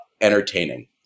entertaining